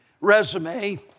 resume